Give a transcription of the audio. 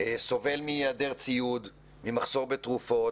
סובל מהיעדר ציוד, ממחסור בתרופות,